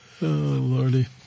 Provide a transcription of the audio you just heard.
Lordy